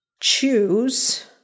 choose